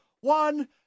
one